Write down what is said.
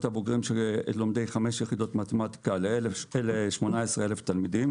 הבוגרים שלומדים 5 יחידות מתמטיקה ל-18,000 תלמידים